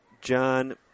John